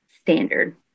standard